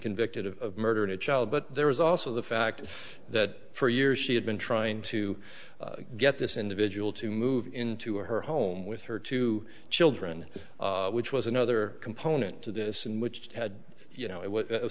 convicted of murder to a child but there was also the fact that for years she had been trying to get this individual to move into her home with her two children which was another component to this in which they had you know it was